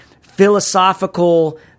philosophical